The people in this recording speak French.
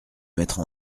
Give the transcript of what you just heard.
mettre